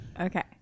Okay